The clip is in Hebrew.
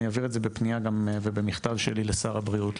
אני אעביר את זה בפנייה גם ובמכתב שלי לשר הבריאות,